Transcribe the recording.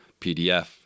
PDF